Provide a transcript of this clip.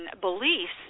beliefs